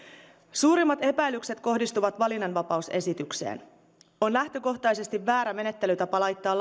suurimmat epäilykset kohdistuvat valinnanvapausesitykseen on lähtökohtaisesti väärä menettelytapa laittaa